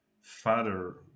father